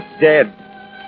dead